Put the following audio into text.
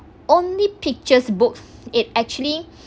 only pictures books it actually